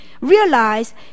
realize